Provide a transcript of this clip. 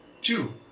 Two